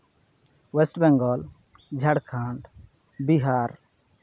west Bengal Jharkhand Bihar